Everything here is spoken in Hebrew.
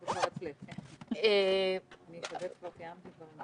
בשעה 13:35.